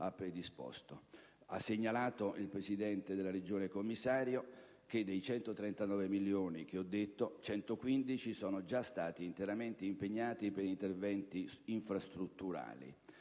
Ha segnalato il Presidente della Regione commissario che dei 139 milioni che ho detto, 115 sono stati già interamente impegnati per interventi infrastrutturali,